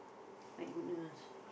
my goodness